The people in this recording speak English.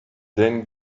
then